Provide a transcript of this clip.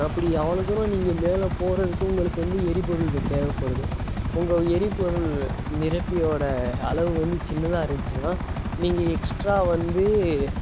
அப்படி அவ்வளோ தூரம் நீங்கள் மேலே போகறதுக்கு உங்களுக்கு வந்து எரிபொருள் தேவைப்படுது உங்கள் எரிபொருள் நிரப்பியோட அளவு வந்து சின்னதாக இருந்துச்சுன்னா நீங்கள் எக்ஸ்ட்ரா வந்து